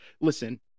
Listen